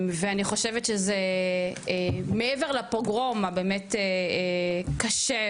ואני חושבת שזה מעבר לפוגרום הבאמת קשה,